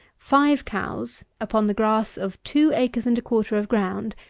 five cows upon the grass of two acres and a quarter of ground,